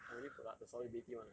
ionic product the solubility one ah